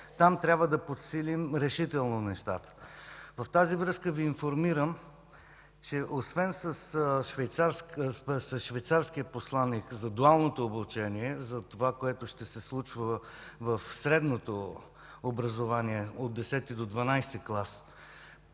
трябва да подсилим нещата. В тази връзка Ви информирам, че освен с швейцарския посланик – за дуалното обучение, за това, което ще се случва в средното образование – от Х до ХІІ клас,